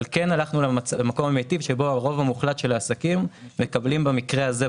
אבל כן הלכנו למקום המיטיב שבו הרוב המוחלט של העסקים מקבלים במקרה הזה,